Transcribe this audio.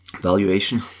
Valuation